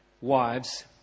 wives